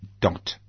dot